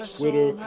Twitter